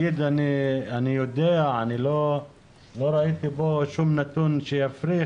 אני יודע ולא ראיתי פה נתון שיפריך,